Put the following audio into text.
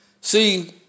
See